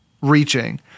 reaching